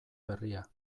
berria